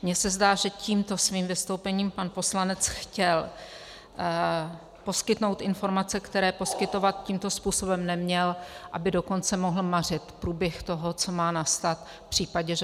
Mně se zdá, že tímto svým vystoupením pan poslanec chtěl poskytnout informace, které poskytovat tímto způsobem neměl, aby dokonce mohl mařit průběh toho, co má nastat v případě, že